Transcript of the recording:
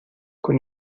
con